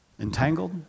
Entangled